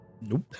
Nope